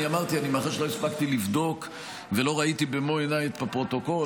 אני אמרתי שמאחר שלא הספקתי לבדוק ולא ראיתי במו עיניי את הפרוטוקול,